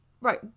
right